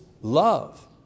love